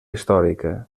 històrica